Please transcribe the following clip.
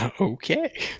Okay